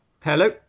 hello